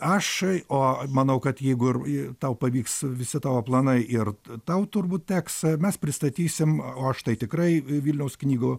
aš o manau kad jeigu ir tau pavyks visi tavo planai ir tau turbūt teks mes pristatysim o aš tai tikrai vilniaus knygų